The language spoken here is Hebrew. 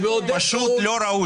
פשוט לא ראוי.